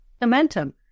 Momentum